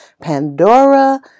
Pandora